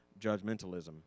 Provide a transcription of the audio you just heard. judgmentalism